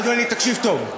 אדוני, תקשיב טוב.